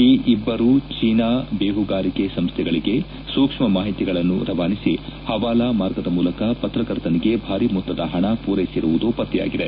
ಈ ಇಬ್ಬರು ಚೀನಾ ಬೇಪುಗಾರಿಕೆ ಸಂಸ್ಥೆಗಳಿಗೆ ಸೂಕ್ಷ್ಣ ಮಾಹಿತಿಗಳನ್ನು ರವಾನಿಸಿ ಹವಾಲ ಮಾರ್ಗದ ಮೂಲಕ ಪತ್ರಕರ್ತನಿಗೆ ಭಾರೀ ಮೊತ್ತದ ಹಣ ಮೂರೈಸಿರುವುದು ಪತ್ತೆಯಾಗಿದೆ